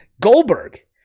Goldberg